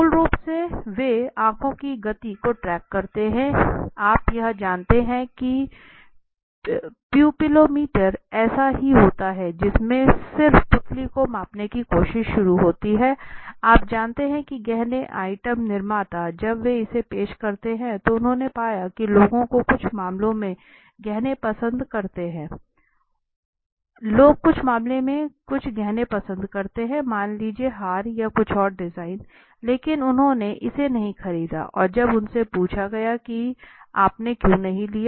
मूल रूप से वे आंखों की गति को ट्रैक करते हैं आप यह जानते हैं कि प्यूपिलोमीटर ऐसा ही होता है कि उसमें सिर्फ पुतली को मापने की कोशिश शुरू होती है आप जानते हैं कि गहने आइटम निर्माता जब वे इसे पेश करते हैं तो उन्होंने पाया कि लोगों को कुछ मामलों में गहने पसंद करते हैं मान लीजिए हार या कुछ और डिजाइन लेकिन उन्होंने इसे नहीं खरीदा और जब उनसे पूछा गया कि क्या आपने लिया